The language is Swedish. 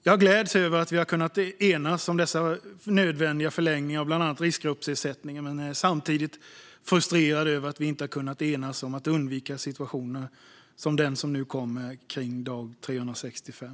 Jag gläds över att vi har kunnat enas om nödvändiga förlängningar av bland annat riskgruppsersättningen men är samtidigt frustrerad över att vi inte har kunnat enas om att undvika situationer som den som nu kommer på dag 365.